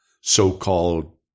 so-called